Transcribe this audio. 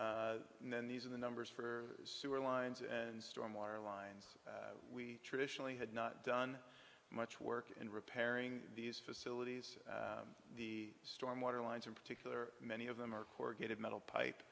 l and then these are the numbers for sewer lines and storm water lines we traditionally had not done much work and repairing these facilities the storm water lines in particular many of them are corrugated metal